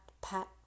pat